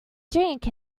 drink